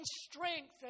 strength